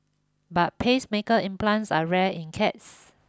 but pacemaker implants are rare in cats